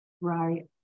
Right